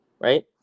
right